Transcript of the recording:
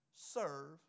serve